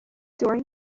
during